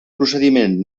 procediment